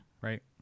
Right